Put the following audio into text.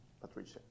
Patricia